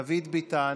דוד ביטן,